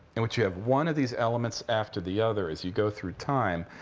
in which you have one of these elements after the other as you go through time.